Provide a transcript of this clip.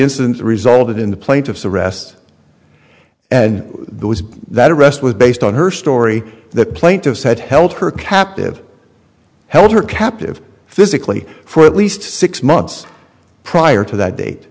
incident that resulted in the plaintiff's arrest and there was that arrest was based on her story that plaintiffs had held her captive held her captive physically for at least six months prior to that date